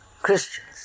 Christians